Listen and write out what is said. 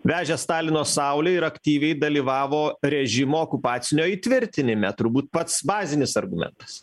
vežė stalino saulę ir aktyviai dalyvavo režimo okupacinio įtvirtinime turbūt pats bazinis argumentas